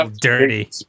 dirty